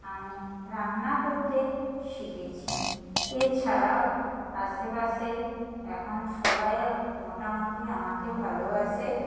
আমি রান্না করতে শিখেছি এছাড়াও আশেপাশে এখন সবাই মোটামুটি আমাকে ভালোবাসে